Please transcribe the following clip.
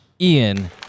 Ian